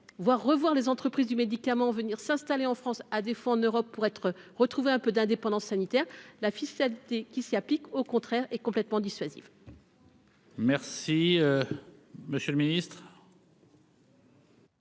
voir, revoir les entreprises du médicament venir s'installer en France à défaut en Europe pour être retrouvé un peu d'indépendance sanitaire la ficelle qui s'y applique au contraire est complètement dissuasif. Merci, monsieur le Ministre.